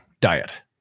diet